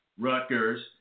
Rutgers